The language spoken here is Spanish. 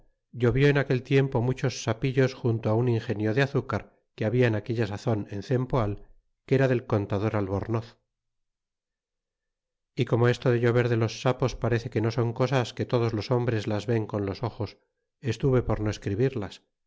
llovió en aquel tiempo muchos sapillos junto á un ingenio de azúcar que habia en aquella sazon en cenmoal que era del contador albornoz e corno esto de llover de los sapos parece que no son cosas que todos los hombres las ven con los ojos estuve por no escribirlas